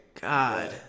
God